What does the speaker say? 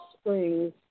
springs